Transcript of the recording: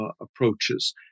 approaches